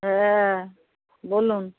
হ্যাঁ বলুন